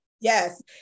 Yes